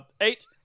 Eight